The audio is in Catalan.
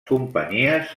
companyies